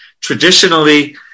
Traditionally